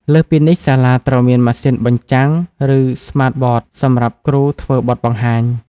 លើសពីនេះសាលាត្រូវមានម៉ាស៊ីនបញ្ចាំង ឬ Smart Boards សម្រាប់គ្រូធ្វើបទបង្ហាញ។